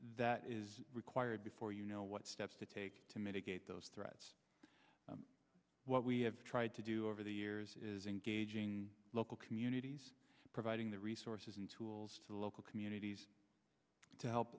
that is required before you know what steps to take to mitigate those threats what we have tried to do over the years is engaging local communities providing the tools to local communities to help